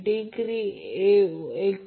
तर या फेजसाठी IAB VabZ ∆ आहे